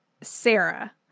Sarah